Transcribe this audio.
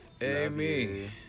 Amy